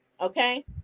Okay